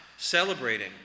Celebrating